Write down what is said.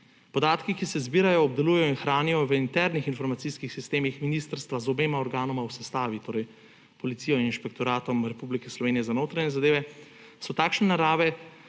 Podatki, ki se zbirajo, obdelujejo in hranijo v internih informacijskih sistemih ministrstva z obema organoma v sestavi, torej policijo, Inšpektoratom Republike Slovenije za notranje zadeve, so takšne narave,